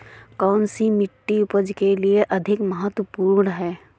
कौन सी मिट्टी उपज के लिए अधिक महत्वपूर्ण है?